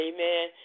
Amen